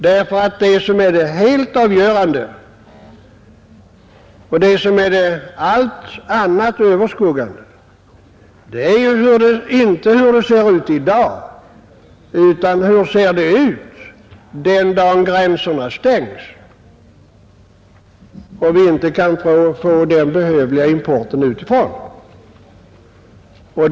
Det helt avgörande och det allt annat överskuggande är ju inte hur det ser ut i dag, utan hur det ser ut den dag gränserna stängs och vi inte kan få behövlig import utifrån.